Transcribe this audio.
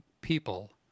people